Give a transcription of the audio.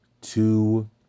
two